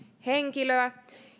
henkilöä